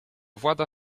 włada